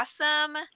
awesome